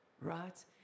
right